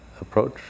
approach